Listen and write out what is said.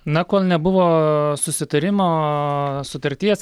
na kol nebuvo susitarimo sutarties